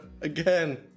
again